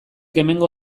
hemengo